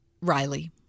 Riley